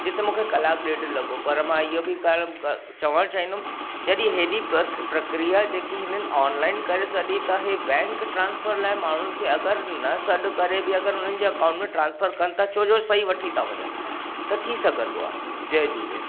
जिथे मुखे कलाकु ॾेढु लॻो पर मां इहो बि करम क चवणु चाहींदुमि जॾहिं हेॾी प्रक्रीया जेकी हिननि ऑनलाइन करे सॾी त इहे बैंक ट्रांस्फर लाइ माण्हुनि खे अगरि न सॾु करे बि अगरि हुननि जे अकाउंट में ट्रांस्फर कनि था छोजो सही वठी था वञनि त थी सघंदो आहे जय झूले